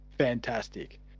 Fantastic